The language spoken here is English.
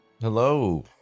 Hello